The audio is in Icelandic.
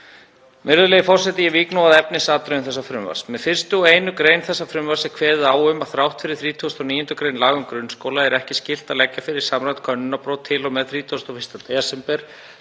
Virðulegi forseti. Ég vík að efnisatriðum þessa frumvarps. Með fyrstu og einu grein þessa frumvarps er kveðið á um að þrátt fyrir 39. gr. laga um grunnskóla sé ekki skylt að leggja fyrir samræmd könnunarpróf til og með 31. desember